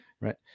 Right